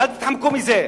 ואל תתחמקו מזה.